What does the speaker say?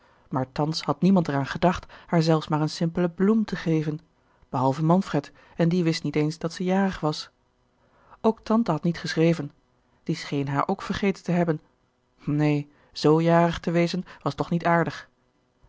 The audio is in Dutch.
maar thans had niemand er aan gedacht haar zelfs maar een simpele bloem te geven behalve manfred en die wist niet eens dat zij jarig was ook tante had niet geschreven die scheen haar ook vergeten te hebben neen z jarig te wezen was toch niet aardig